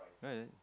right